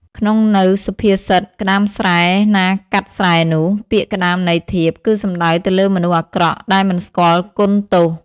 ក្នុងនៅសុភាសិត ក្តាមស្រែណាកាត់ស្រែនោះ ពាក្យ ក្តាមន័យធៀប គឺសំដៅទៅលើមនុស្សអាក្រក់ ដែលមិនស្គាល់គុណទោស។